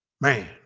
man